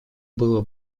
было